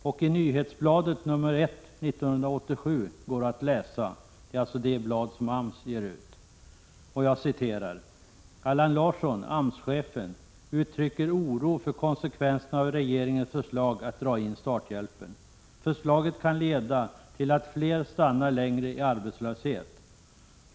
I det nyhetsblad som AMS ger ut, nr 1 för 1987, står att läsa: ”Allan Larsson, AMS-chefen, uttrycker oro för konsekvenserna av regeringens förslag att dra in starthjälpen. Förslaget kan leda till att fler stannar längre i arbetslöshet.